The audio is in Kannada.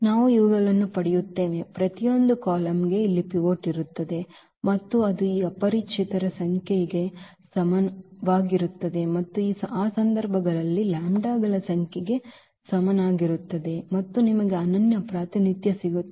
ನಾವು ಇವುಗಳನ್ನು ಪಡೆಯುತ್ತೇವೆ ಪ್ರತಿಯೊಂದು ಕಾಲಮ್ಗೆ ಇಲ್ಲಿ ಪಿವೋಟ್ ಇರುತ್ತದೆ ಮತ್ತು ಅದು ಈ ಅಪರಿಚಿತರ ಸಂಖ್ಯೆಗೆ ಸಮನಾಗಿರುತ್ತದೆ ಮತ್ತು ಆ ಸಂದರ್ಭದಲ್ಲಿ λ ಗಳ ಸಂಖ್ಯೆಗೆ ಸಮನಾಗಿರುತ್ತದೆ ಮತ್ತು ನಿಮಗೆ ಅನನ್ಯ ಪ್ರಾತಿನಿಧ್ಯ ಸಿಗುತ್ತದೆ